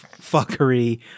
fuckery